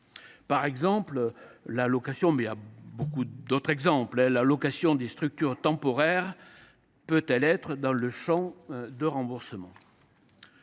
Par exemple, la location de structures temporaires peut elle entrer dans le champ du remboursement ?